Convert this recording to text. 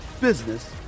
business